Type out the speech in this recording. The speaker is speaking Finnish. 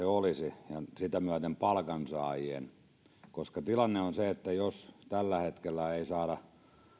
olisi ja sitä myöten palkansaajien koska tilanne on se että jos tällä hetkellä ei saada